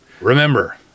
Remember